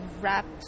wrapped